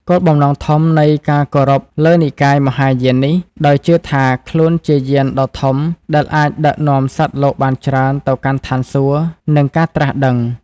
គោលបំណងធំនៃការគោរពលើនិកាយមហាយាននេះ ដោយជឿថាខ្លួនជាយានដ៏ធំដែលអាចដឹកនាំសត្វលោកបានច្រើនទៅកាន់ឋានសួគ៌ និងការត្រាស់ដឹង។